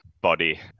body